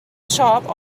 shop